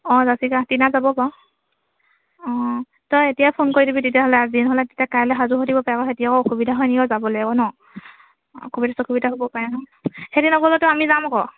অঁ টিনা যাব বাৰু অঁ তই এতিয়া ফোন কৰি দিবি তেতিয়াহ'লে আজিয়ে নহ'লে তেতিয়া কাইলে সাজু হৈ থাকিব পাৰে আকৌ সিহেঁতি আকৌ অসুবিধা হয় নেকি যাবলে আকৌ ন অসুবিধা চসুবিধা হ'ব পাৰে ন সিহেঁতি নগ'লেওটো আমি যাম আকৌ